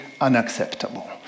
unacceptable